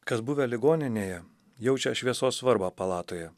kas buvę ligoninėje jaučia šviesos svarbą palatoje